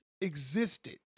existed